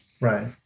Right